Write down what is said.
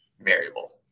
variable